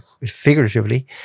figuratively